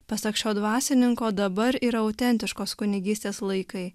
pasak šio dvasininko dabar yra autentiškos kunigystės laikai